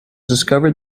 discovered